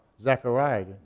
Zechariah